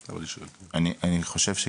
אני חושב שכן.